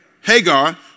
Hagar